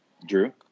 Drew